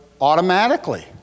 automatically